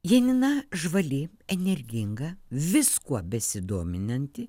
janina žvali energinga viskuo besidominanti